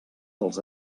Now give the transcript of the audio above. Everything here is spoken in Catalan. dels